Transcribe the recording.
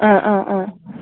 ꯑꯥ ꯑꯥ ꯑꯥ